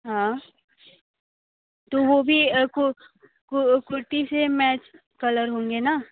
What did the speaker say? हाँ तो वो भी कुर्ती से मैच कलर होंगे ना